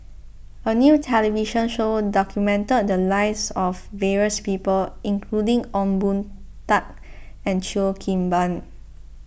a new television show documented the lives of various people including Ong Boon Tat and Cheo Kim Ban